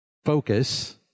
Focus